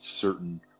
certain